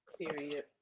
Period